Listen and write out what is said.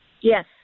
Yes